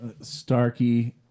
Starkey